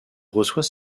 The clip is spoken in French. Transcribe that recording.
reçoit